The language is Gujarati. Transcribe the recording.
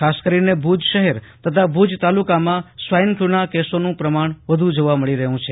ખાસ કરીને ભુજ શહેર તથા ભુજ તાલુકામાં સ્વાઇન ફ્લુના કેસોનું પ્રમાણ વ્ધ જોવા મળી રહે છે